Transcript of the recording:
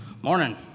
Morning